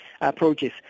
approaches